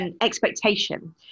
expectation